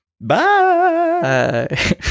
Bye